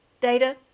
data